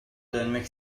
dönmek